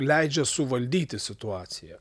leidžia suvaldyti situaciją